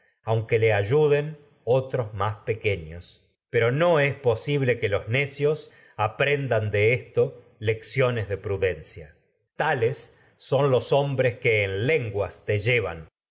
aunque le ayuden otros más peque ños pero no es posible que lecciones los necios aprendan de esto son de prudencia tales los hombres que en lenguas te llevan